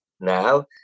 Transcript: now